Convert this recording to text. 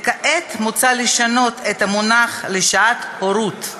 וכעת מוצע לשנות את המונח לשעת הורות.